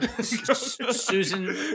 Susan